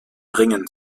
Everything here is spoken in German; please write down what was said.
ringen